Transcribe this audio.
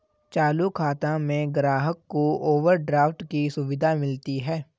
चालू खाता में ग्राहक को ओवरड्राफ्ट की सुविधा मिलती है